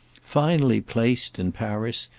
finally placed, in paris,